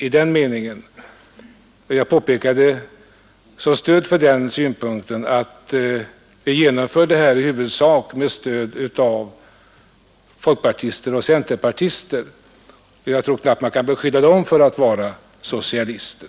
Jag påpekade som stöd för den uppfattningen att vi genomför dem i huvudsak med stöd av folkpartister och centerpartister, och jag tror knappast att man kan beskylla dem för att vara socialister.